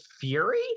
Fury